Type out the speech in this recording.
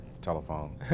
telephone